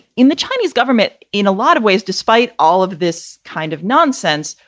in the chinese government in a lot of ways, despite all of this kind of nonsense,